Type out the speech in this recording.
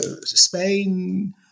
Spain